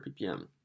ppm